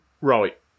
Right